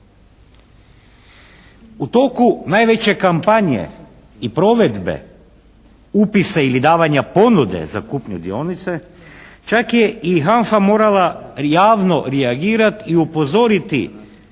U toku najveće kampanje i provedbe upisa ili davanja ponude za kupnju dionice čak je i HANFA morala javno reagirati i upozoriti